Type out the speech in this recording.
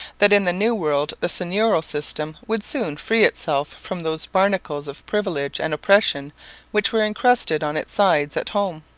that in the new world the seigneurial system would soon free itself from those barnacles of privilege and oppression which were encrusted on its sides at home.